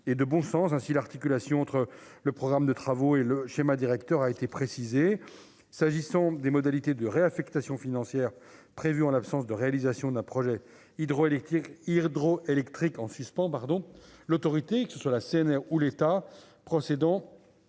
et de bon sens ainsi l'articulation entre le programme de travaux et le schéma directeur a été précisée, s'agissant des modalités de réaffectations financières prévues en l'absence de réalisation d'un projet hydroélectrique hydro-électrique en suspens, pardon, l'autorité que ce soit la CNR où l'État procédant